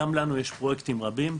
גם לנו יש פרויקטים רבים,